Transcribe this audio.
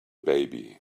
baby